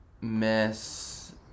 miss